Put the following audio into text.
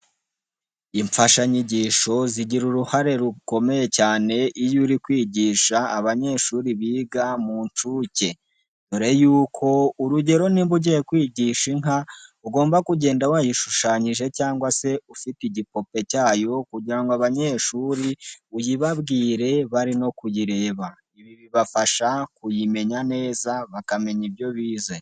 Imfashanyigisho zigira uruhare rukomeye cyane iyo uri kwigisha abanyeshuri biga mu nshuke. Mbere y'uko urugero niba ugiye kwigisha inka ugomba kugenda wayishushanyije cyangwa se ufite igipupe cyayo kugira ngo abanyeshuri uyibabwire bari no kuyireba. Bibafasha kuyimenya neza bakamenya ibyo bize.